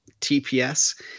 TPS